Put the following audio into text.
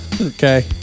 Okay